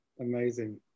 amazing